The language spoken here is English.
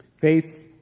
Faith